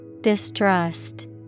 Distrust